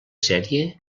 sèrie